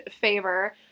favor